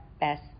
best